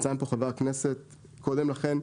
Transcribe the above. יצא מפה חבר הכנסת קודם לכן.